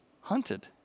hunted